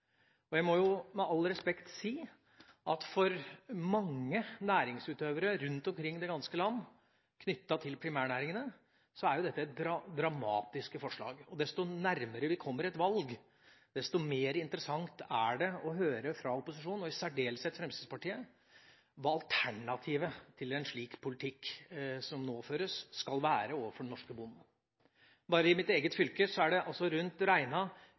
jordbruksavtalen. Jeg må med all respekt si at for mange næringsutøvere knyttet til primærnæringene rundt omkring i det ganske land, er dette dramatiske forslag. Og jo nærmere vi kommer et valg, desto mer interessant er det å høre fra opposisjonen – i særdeleshet fra Fremskrittspartiet – hva alternativet til den politikken som nå føres, skal være overfor den norske bonde. Bare i mitt eget fylke er det rundt